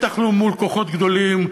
ובטח לא מול כוחות גדולים,